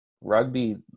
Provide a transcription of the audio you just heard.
rugby